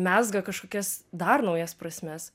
mezga kažkokias dar naujas prasmes